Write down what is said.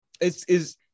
it's—is